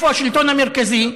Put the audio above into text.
איפה השלטון המרכזי?